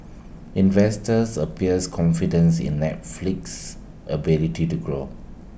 investors appears confidence in Netflix's ability to grow